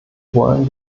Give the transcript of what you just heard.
wollen